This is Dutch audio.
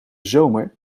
zomer